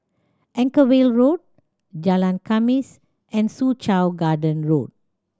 Anchorvale Road Jalan Khamis and Soo Chow Garden Road